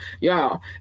Y'all